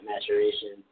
maturation